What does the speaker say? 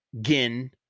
gin